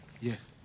Yes